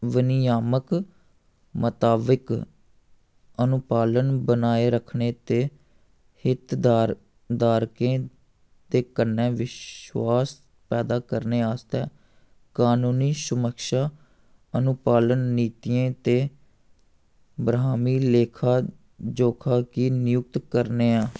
वनियामक मुताबिक अनुपालन बनाए रक्खने ते हितधारकें दे कन्नै बिश्वास पैदा करने आस्तै कानूनी समीक्षा अनुपालन नीतियें ते ब्राह्मी लेखा जोखा गी नियुक्त करने आं